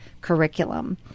curriculum